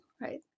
right